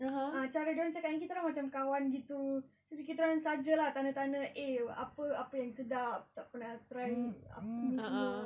ah cara dorang cakap dengan kita orang macam kawan gitu so kita orang saja lah tanya-tanya eh apa-apa yang sedap tak pernah try ini semua